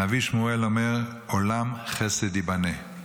הנביא שמואל אומר: "עולם חסד יבנה".